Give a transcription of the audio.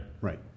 Right